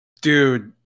dude